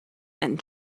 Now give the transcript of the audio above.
and